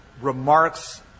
remarks